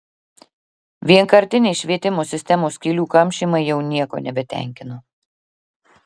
vienkartiniai švietimo sistemos skylių kamšymai jau nieko nebetenkina